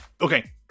Okay